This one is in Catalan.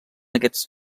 aquests